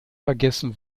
vergessen